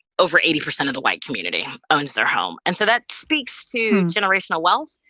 over eighty percent of the white community owns their home. and so that speaks to generational wealth,